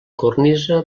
cornisa